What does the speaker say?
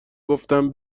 گفتم